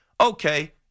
Okay